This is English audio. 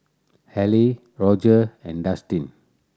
Halle Roger and Dustin